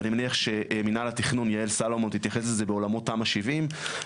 ואני מניח שמינהל התכנון יעל סלומון תתייחס לזה בעולמות תמ"א 70,